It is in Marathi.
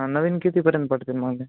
हां नवीन कितीपर्यंत पडते मला